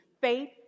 faith